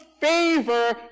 favor